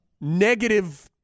negative